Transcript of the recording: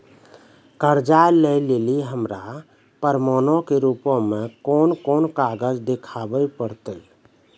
कर्जा लै लेली हमरा प्रमाणो के रूपो मे कोन कोन कागज देखाबै पड़तै?